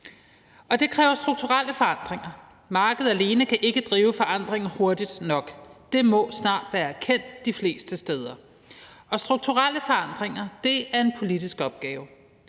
og det kræver strukturelle forandringer. Markedet alene kan ikke drive forandringen hurtigt nok. Det må snart være kendt de fleste steder, og strukturelle forandringer er en politisk opgave.